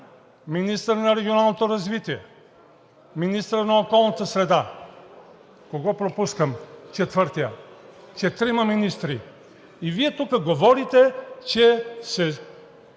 министърът на регионалното развитие, министърът на околната среда – кого пропускам – четвъртия. Четирима министри. И Вие тук говорите, че